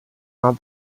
not